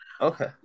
okay